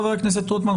חבר הכנסת רוטמן,